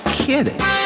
kidding